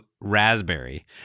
Raspberry